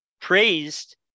praised